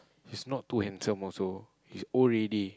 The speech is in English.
he's not too handsome also he's old already